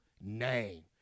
name